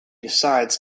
decides